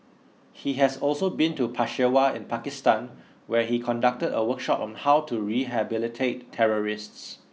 he has also been to Peshawar in Pakistan where he conducted a workshop on how to rehabilitate terrorists